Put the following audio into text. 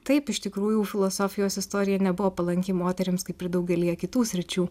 taip iš tikrųjų filosofijos istorija nebuvo palanki moterims kaip ir daugelyje kitų sričių